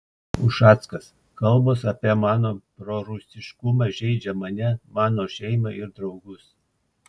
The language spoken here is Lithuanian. ušackas kalbos apie mano prorusiškumą žeidžia mane mano šeimą ir draugus